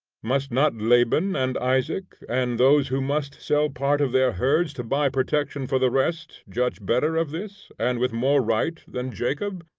must not laban and isaac, and those who must sell part of their herds to buy protection for the rest, judge better of this, and with more right, than jacob,